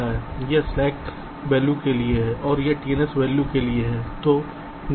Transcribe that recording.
यह slack value के लिए है और यह TNS वैल्यू के लिए है